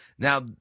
Now